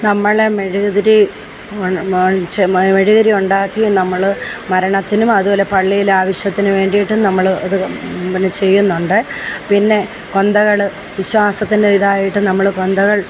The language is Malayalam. നമ്മൾ മെഴുകുതിരി വാങ്ങിച്ച് മെഴുകുതിരി ഉണ്ടാക്കി നമ്മൾ മരണത്തിനും അതുപോലെ പള്ളിയിലെ ആവശ്യത്തിനു വേണ്ടിയിട്ടും നമ്മൾ അത് പിന്നെ ചെയ്യുന്നുണ്ട് പിന്നെ കൊന്തകൾ വിശ്വാസത്തിൻ്റെ ഇതായിട്ട് നമ്മൾ കൊന്തകൾ